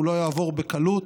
הוא לא יעבור בקלות,